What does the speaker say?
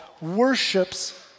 worships